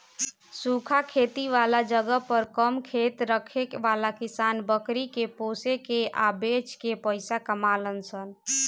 सूखा खेती वाला जगह पर कम खेत रखे वाला किसान बकरी के पोसे के आ बेच के पइसा कमालन सन